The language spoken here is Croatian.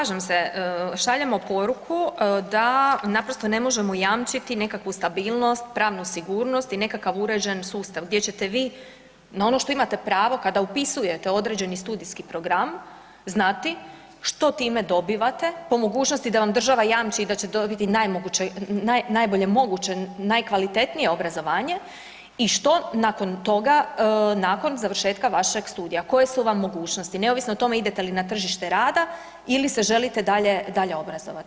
Slažem se, šaljemo poruku da naprosto ne možemo jamčiti nikakvu stabilnost, pravnu sigurnost i nekakav uređen sustav gdje ćete vi na ono što imate pravo kada upisujete određeni studijski program znati što time dobivate, po mogućnosti da vam država jamči da ćete dobiti najbolje moguće, najkvalitetnije obrazovanje i što nakon toga nakon završetka vašeg studija, koje su vam mogućnosti neovisno o tome idete li na tržište rada ili se želite dalje obrazovati.